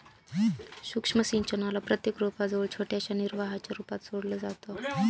सूक्ष्म सिंचनाला प्रत्येक रोपा जवळ छोट्याशा निर्वाहाच्या रूपात सोडलं जातं